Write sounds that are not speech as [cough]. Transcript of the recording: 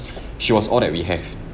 [breath] she was all that we have